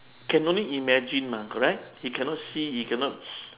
can only imagine mah correct he cannot see he cannot